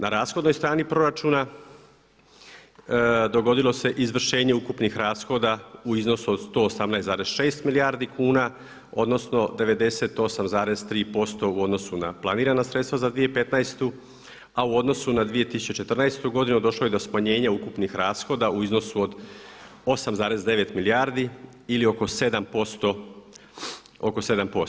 Na rashodnoj strani proračuna dogodilo se izvršenje ukupnih rashoda u iznosu od 118,6 milijardi kuna odnosno 98,3% u odnosu na planirana sredstva za 2015. a u odnosu na 2014. godinu došlo je do smanjenja ukupnih rashoda u iznosu od 8,9 milijardi ili oko 7%, oko 7%